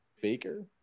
Baker